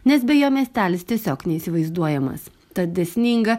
nes be jo miestelis tiesiog neįsivaizduojamas tad dėsninga